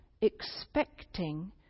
expecting